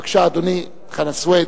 בבקשה, אדוני, חנא סוייד,